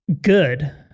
good